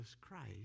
Christ